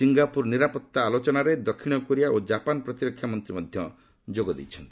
Singapore ନିରାପତ୍ତା ଆଲୋଚନାରେ ଦକ୍ଷିଣ କୋରିଆ ଓ ଜାପାନ୍ ପ୍ରତିରକ୍ଷା ମନ୍ତ୍ରୀ ମଧ୍ୟ ଯୋଗ ଦେଇଛନ୍ତି